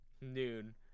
noon